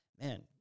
man